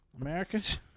Americans